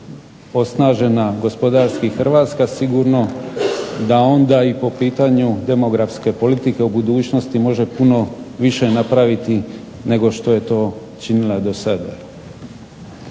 osnažena gospodarski Hrvatska sigurno da onda i po pitanju demografske politike u budućnosti može puno više napraviti nego što je to činila do sad.